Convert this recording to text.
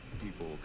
people